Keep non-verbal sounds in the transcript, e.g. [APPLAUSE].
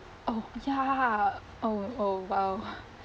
oh ya oh oh !wow! [BREATH]